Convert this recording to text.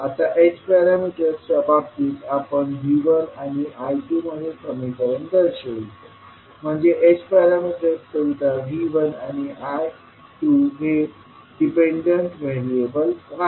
आता h पॅरामीटर्सच्या बाबतीत आपण V1 आणि I2मध्ये समीकरण दर्शवतो म्हणजे h पॅरामीटर्स करिता V1 and I2 हे डिपेंडंट व्हेरिएबल्स आहेत